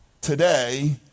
today